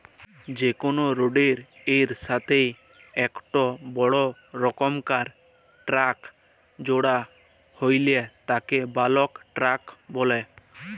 যে কোনো রোডের এর সাথেই একটো বড় রকমকার ট্যাংক জোড়া হইলে তাকে বালক ট্যাঁক বলে